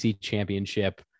championship